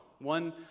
one